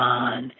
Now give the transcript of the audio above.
on